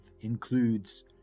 includes